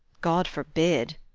god forbid!